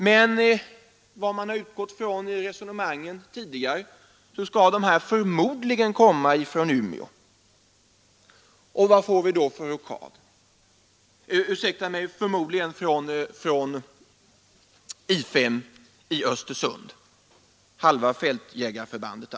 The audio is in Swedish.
Men enligt vad man utgått från i tidigare resonemang skulle de komma från I 5 i Östersund, dvs. från halva fältjägarförbandet.